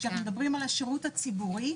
כשאנחנו מדברים על השירות הציבורי,